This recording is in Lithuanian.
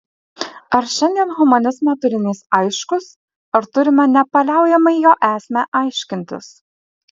ar šiandien humanizmo turinys aiškus ar turime nepaliaujamai jo esmę aiškintis